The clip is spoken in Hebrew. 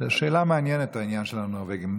שאלה מעניינת, העניין של הנורבגים.